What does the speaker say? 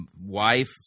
wife